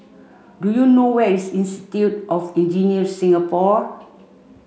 do you know where is Institute of Engineers Singapore